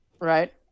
Right